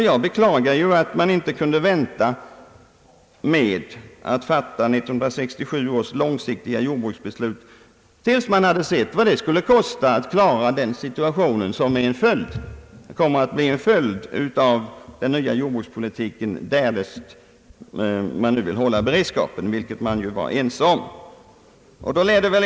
Jag beklagar att man inte kunde vänta med att fatta 1967 års långsiktiga jordbruksbeslut tills man hade sett vad det skulle kosta att klara den situation som kommer att bli en följd av den nya jordbrukspolitiken därest man vill upprätthålla beredskapen, vilket vi ju var ense om.